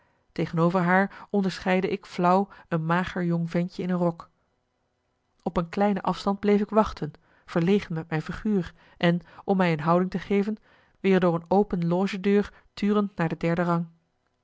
tegenover haar onderscheidde ik flauw een mager jong ventje in een rok op een kleine afstand bleef ik wachten verlegen met mijn figuur en om mij een houding te geven weer door een open loge deur turend naar de derde rang